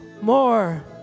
more